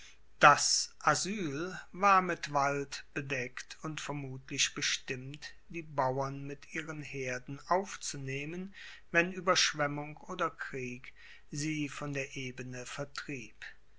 das asyl war mit wald bedeckt und vermutlich bestimmt die bauern mit ihren herden aufzunehmen wenn ueberschwemmung oder krieg sie von der ebene vertrieb